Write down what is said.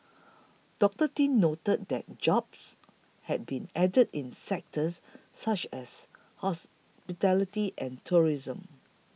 Doctor Tin noted that jobs had been added in sectors such as hospitality and tourism